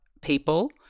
people